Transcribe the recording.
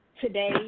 today